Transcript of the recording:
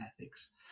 ethics